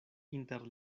inter